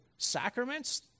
sacraments